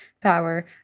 power